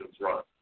run